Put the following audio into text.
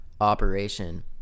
operation